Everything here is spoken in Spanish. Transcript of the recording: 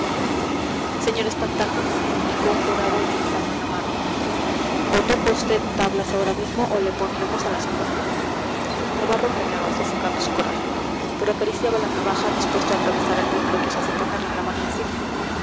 señor espantajo indicó un jurado amenazando a navarro o toca vd tablas ahora mismo o le pondremos a la sombra navarro callaba sofocando su coraje pero acariciaba la navaja dispuesto a atravesar al primero que osase ponerle la mano encima